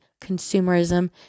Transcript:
consumerism